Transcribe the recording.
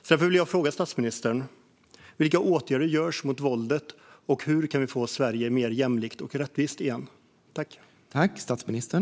Därför vill jag fråga statsministern: Vilka åtgärder genomförs mot våldet? Och hur kan vi få Sverige mer jämlikt och rättvist igen?